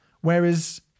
Whereas